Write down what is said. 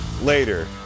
later